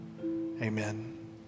Amen